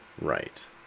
right